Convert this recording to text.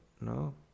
no